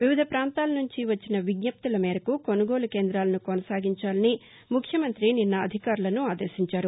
వివిధ ప్రాంతాల నుంచి వచ్చిన విజ్జప్తుల మేరకు కొనుగోలు కేంద్రాలను కొనసాగించాలని ముఖ్యమంత్రి నిన్న అధికారులను ఆదేశించారు